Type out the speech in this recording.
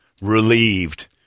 relieved